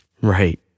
right